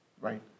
right